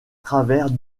travers